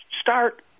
start